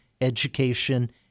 Education